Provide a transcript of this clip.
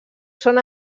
són